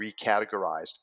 recategorized